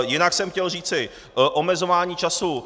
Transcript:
Jinak jsem chtěl říci omezování času.